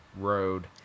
road